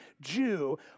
Jew